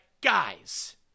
guys